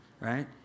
right